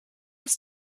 hast